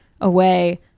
Away